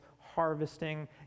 harvesting